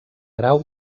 grau